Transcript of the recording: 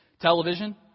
Television